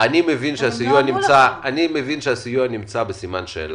שלך שהסיוע נמצא בסימן שאלה.